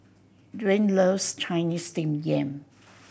Dwaine loves Chinese Steamed Yam